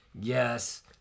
yes